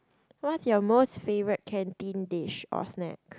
what's your most favourite canteen dish or snack